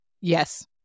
Yes